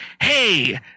Hey